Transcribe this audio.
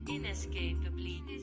Inescapably